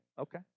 Okay